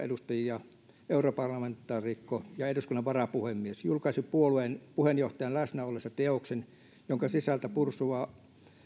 puolueen kansanedustajia europarlamentaarikko ja eduskunnan varapuhemies julkaisi puolueen puheenjohtajan läsnä ollessa teoksen jonka sisältä pursuaa